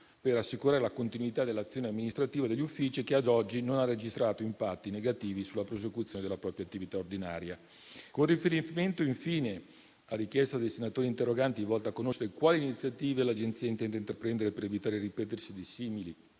per assicurare la continuità dell'azione amministrativa degli uffici che ad oggi non ha registrato impatti negativi sulla prosecuzione della propria attività ordinaria. Con riferimento, infine, alla richiesta dei senatori interroganti volta a conoscere quali iniziative l'Agenzia intenda intraprendere per evitare il ripetersi di simili